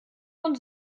von